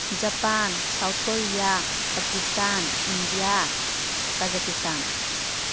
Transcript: Japan South Korea Pakistan India Kazakhstan